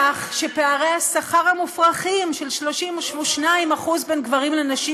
שפערי השכר המופרכים של 32% בין גברים לנשים,